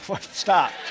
Stop